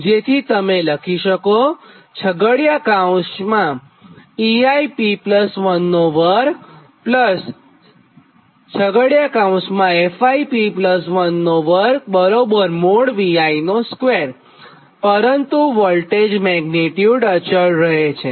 જેથી તમે લખી શકો કે પરંતુ વોલ્ટેજ મેગ્નીટ્યુડ અચળ રહે છે